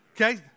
Okay